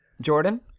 jordan